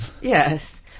Yes